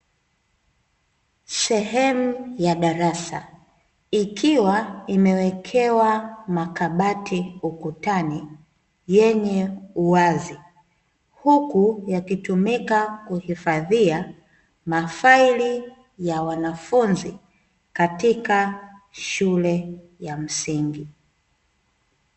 Sehemu ya darasa ikiwa imewekewa makabati ukutani yenye uwazi, huku yakitumika kuhifadhia mafali ya wanafunzi, katika shule ya msingi.